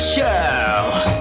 Show